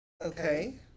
Okay